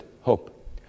hope